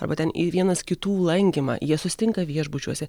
arba ten į vienas kitų lankymą jie susitinka viešbučiuose